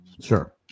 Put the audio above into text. Sure